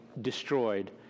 destroyed